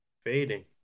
Fading